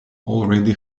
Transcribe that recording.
already